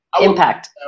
impact